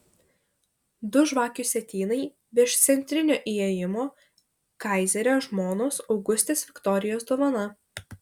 du žvakių sietynai virš centrinio įėjimo kaizerio žmonos augustės viktorijos dovana